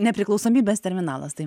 nepriklausomybės terminalas tai